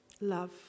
love